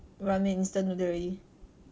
ramen instant noodle